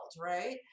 Right